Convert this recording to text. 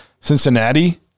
Cincinnati